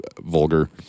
vulgar